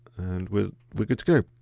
and we're we're good to go.